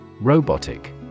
Robotic